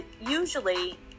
usually